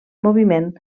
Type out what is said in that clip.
moviment